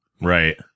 right